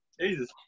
Jesus